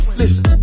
listen